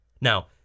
Now